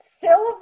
silver